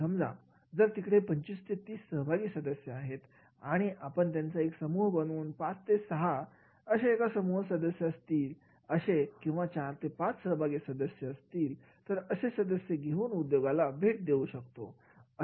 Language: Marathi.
समजा जर तिकडे 25 ते 30 सहभागी आहेत आणि आपण त्यांचा एक समूह बनवून पाच ते सहा एका समूहामधील सदस्य असतील असे चार किंवा पाच सहभागी सदस्य एकत्र घेऊन उद्योगाला भेट देऊ शकतो